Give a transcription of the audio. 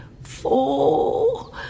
four